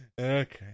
Okay